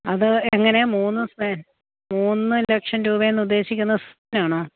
അത് എങ്ങനെ മൂന്ന് മൂന്ന് ലക്ഷം രൂപയെന്ന് ഉദ്ദേശിക്കുന്നത് സ് നാണോ